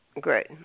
Great